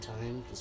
time